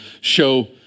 show